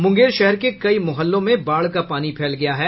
मुंगेर शहर के कई मुहल्लों में बाढ़ का पानी फैल गया है